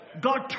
God